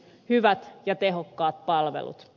hyvät ja tehokkaat palvelut